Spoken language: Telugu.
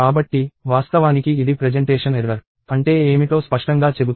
కాబట్టి వాస్తవానికి ఇది ప్రెజెంటేషన్ ఎర్రర్ అంటే ఏమిటో స్పష్టంగా చెబుతుంది